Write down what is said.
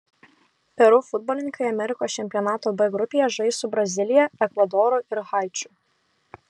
peru futbolininkai amerikos čempionato b grupėje žais su brazilija ekvadoru ir haičiu